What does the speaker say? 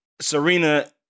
Serena